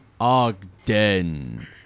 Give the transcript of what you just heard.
Ogden